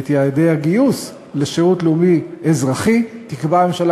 ואת יעדי הגיוס לשירות לאומי-אזרחי תקבע הממשלה